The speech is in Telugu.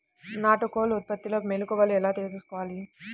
నాటుకోళ్ల ఉత్పత్తిలో మెలుకువలు ఎలా తెలుసుకోవాలి?